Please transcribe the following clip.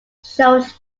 showed